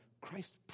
Christ